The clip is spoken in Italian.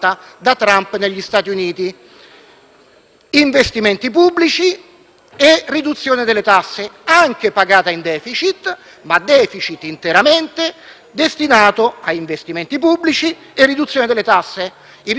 investimenti pubblici e riduzione delle tasse, anche pagata in *deficit* ma *deficit* interamente destinato a investimenti pubblici e riduzione delle tasse. I risultati si vedono e l'economia americana